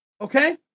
Okay